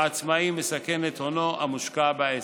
העצמאי מסכן את הונו המושקע בעסק.